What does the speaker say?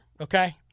okay